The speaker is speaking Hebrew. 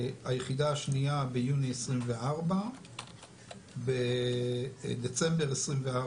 היחידה השנייה ביוני 2024. בדצמבר 2024